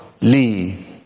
leave